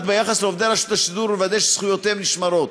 ביחס לעובדי רשות השידור ולוודא שזכויותיהם נשמרות.